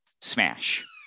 smash